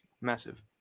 Massive